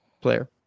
player